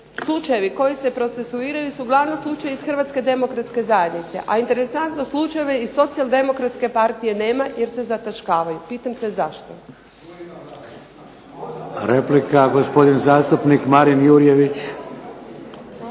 slučajevi koji se procesuiraju su uglavnom slučajevi iz Hrvatske demokratske zajednice, a interesantno slučajeve iz Socijaldemokratske partije nema jer se zataškavaju. Pitam se zašto. **Šeks, Vladimir (HDZ)** Replika, gospodin zastupnik Marin Jurjević.